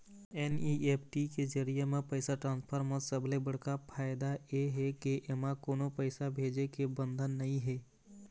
NEFT के जरिए म पइसा ट्रांसफर म सबले बड़का फायदा ए हे के एमा कोनो पइसा भेजे के बंधन नइ हे